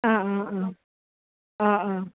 অঁ অঁ অঁ অঁ অঁ